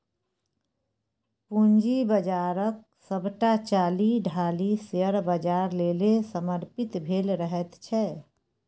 पूंजी बाजारक सभटा चालि ढालि शेयर बाजार लेल समर्पित भेल रहैत छै